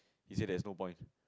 he say there is no point